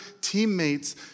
teammates